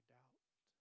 doubt